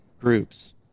groups